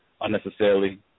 unnecessarily